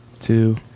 two